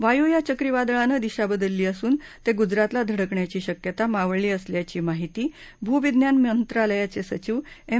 वायू या चक्रीवादळानं दिशा बदलली असून ते गूजरातला धडकण्याची शक्यता मावळली असल्याची माहिती भूविज्ञान मंत्रालयाचे सचिव एम